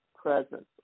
presence